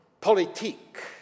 politique